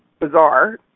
bizarre